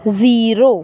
zero